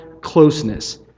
closeness